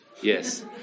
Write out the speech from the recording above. Yes